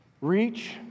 Reach